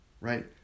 right